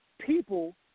people